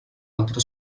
altra